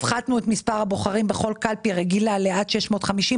הפחתנו את מספר הבוחרים בכל קלפי רגילה לעד 650,